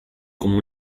cum